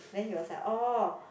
then he was like orh